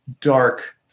dark